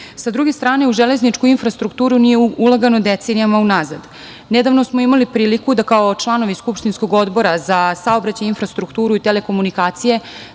Sa druge strane, u železničku infrastrukturu nije ulagano decenijama unazad. Nedavno smo imali priliku da kao članovi skupštinskog Odbora za saobraćaj, infrastrukturu i telekomunikacije,